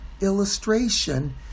illustration